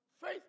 faith